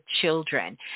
children